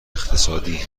اقتصادی